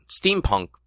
steampunk